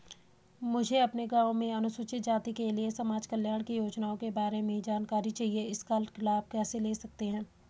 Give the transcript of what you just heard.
मुझे अपने गाँव में अनुसूचित जाति के लिए समाज कल्याण की योजनाओं के बारे में जानकारी चाहिए इसका लाभ कैसे ले सकते हैं?